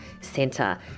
Centre